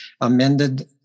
amended